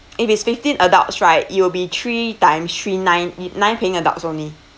if it's fifteen adults right it will be three times three nine nine paying adults only